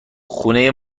خونه